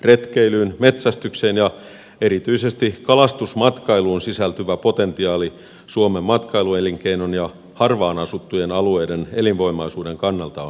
retkeilyyn metsästykseen ja erityisesti kalastusmatkailuun sisältyvä potentiaali suomen matkailuelinkeinon ja harvaan asuttujen alueiden elinvoimaisuuden kannalta on merkittävä